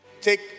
take